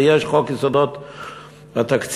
ויש חוק יסודות התקציב,